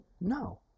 No